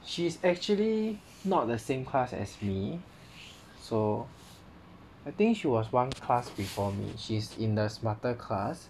she is actually not the same class as me so I think she was one class before me she's in the smarter class